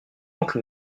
oncle